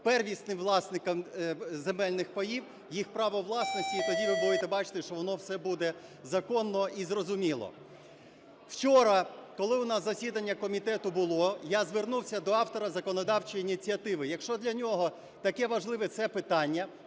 первісним власникам земельних паїв їх право власності і тоді ви будете бачити, що воно все буде законно і зрозуміло. Вчора, коли у нас засідання комітету було, я звернувся до автора законодавчої ініціативи. Якщо для нього таке важливе це питання,